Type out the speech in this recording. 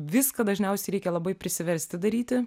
viską dažniausiai reikia labai prisiversti daryti